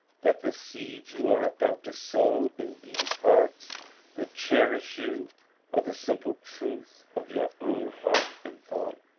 that the seeds you are about to sow in these hearts that cherish you are the simple truth of your own heart and thought?